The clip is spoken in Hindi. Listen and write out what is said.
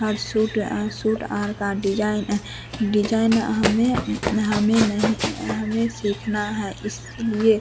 हर सूट सूट और का डिज़ाइन डिज़ाइन हमें हमें नहीं हमें सीखना है इसलिए